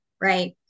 Right